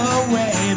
away